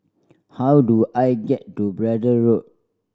how do I get to Braddell Road